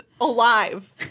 alive